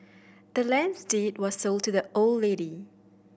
the land's deed was sold to the old lady